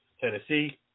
Tennessee